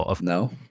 No